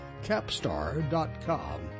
capstar.com